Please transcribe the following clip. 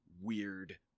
weird